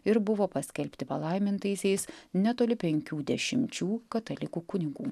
ir buvo paskelbti palaimintaisiais netoli penkių dešimčių katalikų kunigų